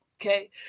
Okay